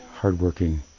hardworking